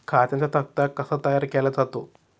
खात्यांचा तक्ता कसा तयार केला जातो?